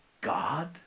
God